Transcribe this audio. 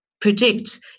predict